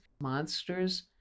monsters